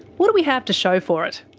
what do we have to show for it?